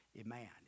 Amen